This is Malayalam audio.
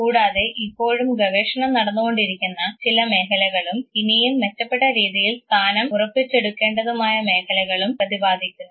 കൂടാതെ ഇപ്പോഴും ഗവേഷണം നടന്നുകൊണ്ടിരിക്കുന്ന ചില മേഖലകളും ഇനിയും മെച്ചപ്പെട്ട രീതിയിൽ സ്ഥാനം ഉറപ്പിച്ച് എടുക്കേണ്ടതുമായ മേഖലകളും പ്രതിപാദിക്കുന്നു